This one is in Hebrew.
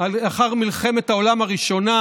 במלחמת העולם הראשונה